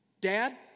Dad